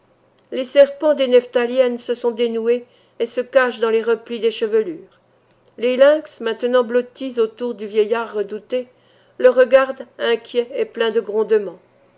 les serpents des nephtaliennes se sont dénoués et se cachent dans les replis des chevelures les lynx maintenant blottis autour du vieillard redouté le regardent inquiets et pleins de grondements